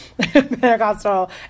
Pentecostal